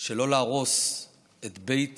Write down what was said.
שלא להרוס את בית